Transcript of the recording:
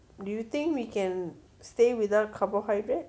do you think we can stay without carbohydrate